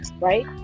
Right